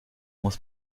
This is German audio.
muss